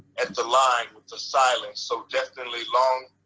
at the line, with the silence so deafeningly long.